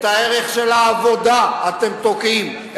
את הערך של העבודה אתם תוקעים,